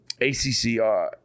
ACCR